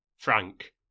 Frank